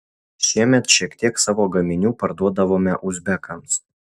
šiemet šiek tiek savo gaminių parduodavome uzbekams